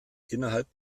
innerhalb